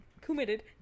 committed